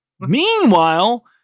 Meanwhile